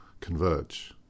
converge